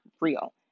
real